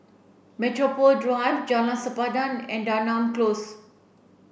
Metropole Drive Jalan Sempadan and Denham Close